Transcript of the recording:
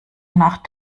nach